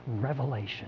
revelation